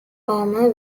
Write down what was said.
omer